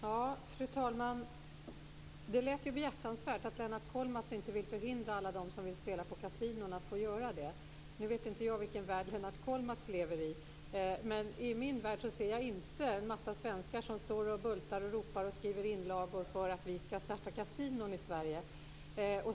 Fru talman! Det lät ju behjärtansvärt, att Lennart Kollmats inte vill förvägra alla som vill spela på kasinon att få göra det. Nu vet jag inte vilken värld som Lennart Kollmats lever i, men i min värld ser jag inte en massa svenskar som ropar efter och skriver inlagor om att det skall startas kasinon i Sverige.